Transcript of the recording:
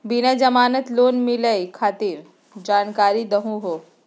बिना जमानत लोन मिलई खातिर जानकारी दहु हो?